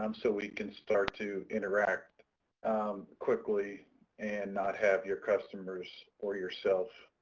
um so we can start to interact quickly and not have your customers or yourself,